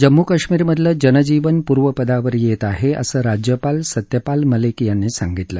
जम्मू कश्मीरमधल जनजीवन पूर्वपदावर येत आहे असं राज्यपाल सत्यपाल मलिक यांनी सांगितलं